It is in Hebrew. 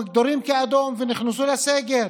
מוגדרים כאדום ונכנסו לסגר.